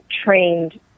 Trained